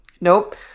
Nope